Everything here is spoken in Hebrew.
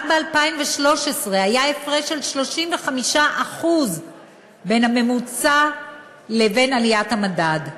רק ב-2013 היה הפרש של 35% בין הממוצע לבין עליית המדד.